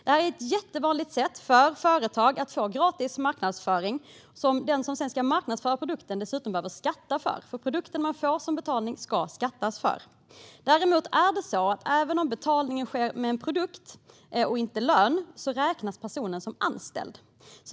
Det här är ett jättevanligt sätt för företag att få gratis marknadsföring som den som sedan ska marknadsföra produkten behöver skatta för - den produkt man får som betalning ska skattas för. Även om betalningen sker med en produkt, och inte med lön, räknas personen som anställd.